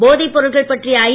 போதைப் பொருட்கள் பற்றிய ஐ